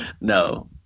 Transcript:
No